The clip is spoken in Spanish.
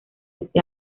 ese